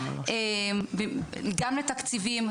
גם לתקציבים,